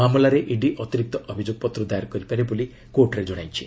ମାମଲାରେ ଇଡି ଅତିରିକ୍ତ ଅଭିଯୋଗପତ୍ର ଦାଏର କରିପାରେ ବୋଲି କୋର୍ଟରେ ଜଣାଇଛି